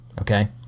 okay